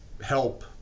help